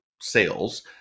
sales